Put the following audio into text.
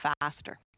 faster